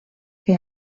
que